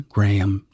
Graham